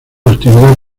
actividad